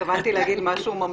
התכוונתי להגיד משהו ממלכתי.